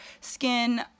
skin